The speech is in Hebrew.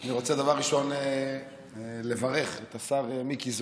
אני רוצה לברך את השר מיקי זוהר,